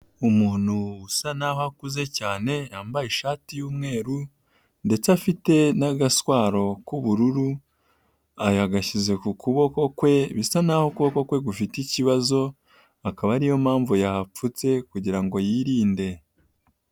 Umuntu usa naho akuze cyane yambaye ishati y'umweru ndetse afite n'agaswaro k'ubururu, yagashyize ku kuboko kwe bisa naho ukuboko kwe gufite ikibazo, akaba ariyo mpamvu yahapfutse kugira ngo yirinde.